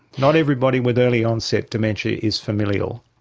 not everybody with early onset dementia is familial.